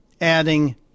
Adding